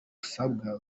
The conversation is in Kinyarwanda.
usabwa